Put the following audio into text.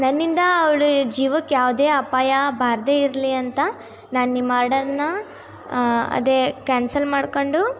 ನನ್ನಿಂದ ಅವಳ ಜೀವಕ್ಕೆ ಯಾವುದೇ ಅಪಾಯ ಬಾರದೇ ಇರಲಿ ಅಂತ ನಾನು ನಿಮ್ಮ ಆರ್ಡರನ್ನ ಅದೇ ಕ್ಯಾನ್ಸಲ್ ಮಾಡ್ಕೊಂಡು